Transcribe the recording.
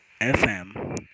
FM